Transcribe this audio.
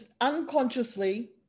unconsciously